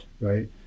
right